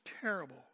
terrible